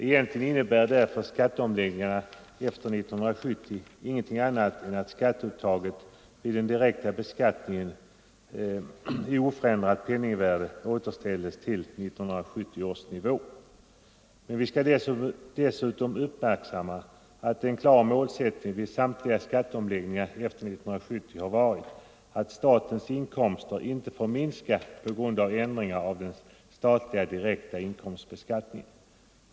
Egentligen innebär därför skatteomläggningarna efter 1970 ingenting annat än att skatteuttaget vid den direkta beskattningen i oförändrat penningvärde återställes till 1970 års nivå. Men vi skall dessutom uppmärksamma att en klar målsättning vid samtliga skatteomläggningar efter 1970 har varit att statens inkomster inte får minskas på grund av ändringar av den statliga direkta inkomstbeskattningen.